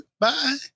Bye